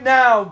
now